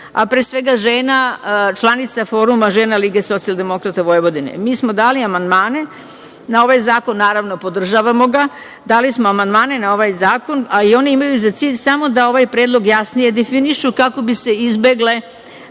a pre svega žena, članica Foruma žena LSV. Mi smo dali amandmane na ovaj zakon. Naravno, podržavamo ga. Dali smo amandmane na ovaj zakon, a i oni imaju za cilj samo da ovaj predlog jasnije definišu, kako bi se izbegla